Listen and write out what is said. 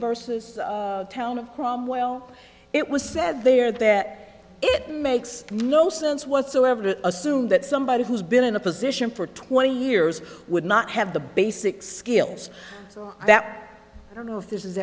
versus town from well it was said there that it makes no sense whatsoever to assume that somebody who's been in a position for twenty years would not have the basic skills so that i don't know if this is